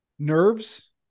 Nerves